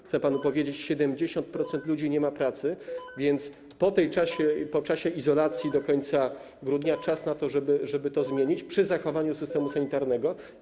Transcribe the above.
Chcę panu powiedzieć, że 70% tych ludzi nie ma pracy, więc po tym czasie, po czasie izolacji, do końca grudnia powinien być czas na to, żeby to zmienić przy zachowaniu systemu sanitarnego.